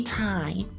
time